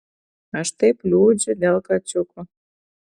aš taip liūdžiu dėl kačiukų